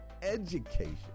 education